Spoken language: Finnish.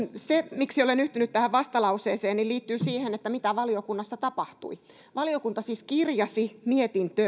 se miksi olen yhtynyt tähän vastalauseeseen liittyy siihen mitä valiokunnassa tapahtui valiokunta siis kirjasi mietintöön